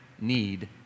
need